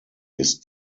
ist